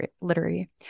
literary